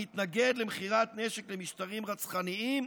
המתנגד למכירת נשק למשטרים רצחניים,